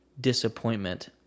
disappointment